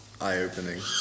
eye-opening